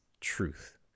truth